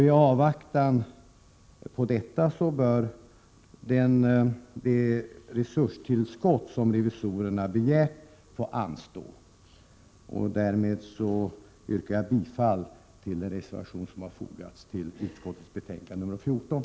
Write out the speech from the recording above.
I avvaktan på detta bör det resurstillskott som revisorerna begär få anstå. Därmed yrkar jag bifall till den reservation som har fogats till finansutskottets betänkande nr 14.